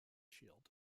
shield